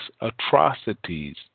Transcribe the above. atrocities